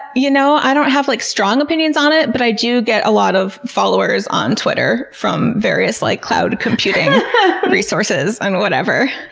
you know, i don't have like strong opinions on it, but i do get a lot of followers on twitter from various like cloud computing resources and whatever.